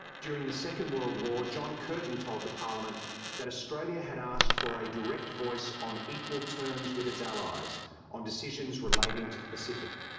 during the second world war, john curtin told the parliament that australia had asked for a direct voice on equal terms with its allies on decisions relating to the pacific.